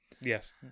Yes